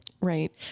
right